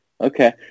Okay